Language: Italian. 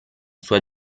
sua